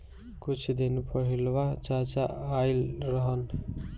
कुछ दिन पहिलवा चाचा आइल रहन